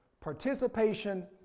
participation